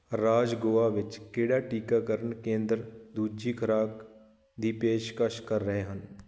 ਰਾਜ ਗੋਆ ਵਿੱਚ ਕਿਹੜਾ ਟੀਕਾਕਰਨ ਕੇਂਦਰ ਦੂਜੀ ਖੁਰਾਕ ਦੀ ਪੇਸ਼ਕਸ਼ ਕਰ ਰਹੇ ਹਨ